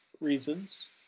reasons